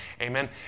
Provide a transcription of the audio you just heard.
amen